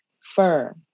fur